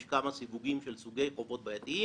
יש כמה סיווגים לחובות בעייתיים.